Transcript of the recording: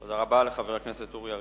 תודה רבה לחבר הכנסת אורי אריאל.